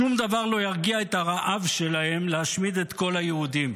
שום דבר לא ירגיע את הרעב שלהם להשמיד את כל היהודים.